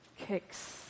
kicks